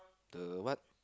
the what